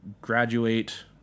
graduate